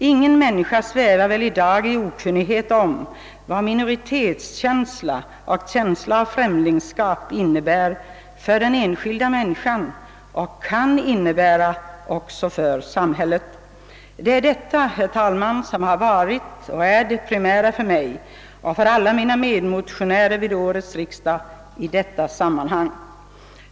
Ingen människa svävar väl i dag i okunnighet om vad minoritetskänsla och känsla av främlingskap innebär för den enskilde och vad det kan innebära också för samhället. Det är alltså detta, herr talman, som har varit och är det primära för mig och för alla mina medmotionärer i detta sammanhang vid årets riksdag.